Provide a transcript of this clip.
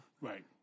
Right